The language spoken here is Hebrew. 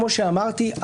כמו שאמרתי,